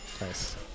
Nice